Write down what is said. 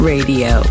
Radio